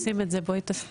איך עושים את זה?